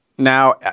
Now